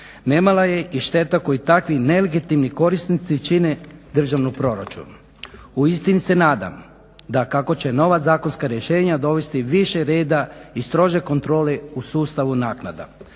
Ne mala je i šteta koju takvi nelegitimni korisnici čine državnom proračunu. Uistinu se nadam da kako će nova zakonska rješenja dovesti više reda i strože kontrole u sustavu naknada.